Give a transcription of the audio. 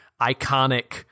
iconic